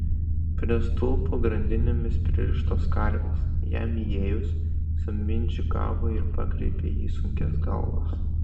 prie stulpų grandinėmis pririštos karvės jam įėjus sumindžikavo ir pakreipė į jį sunkias galvas